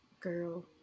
Girl